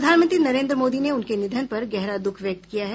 प्रधानमंत्री नरेन्द्र मोदी ने उनके निधन पर गहरा दुःख व्यक्त किया है